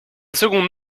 seconde